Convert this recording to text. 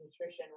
nutrition